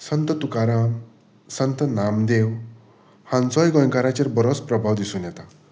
संत तुकाराम संत नामदेव हांचोय गोंयकाराचेर बरोच प्रभाव दिसून येता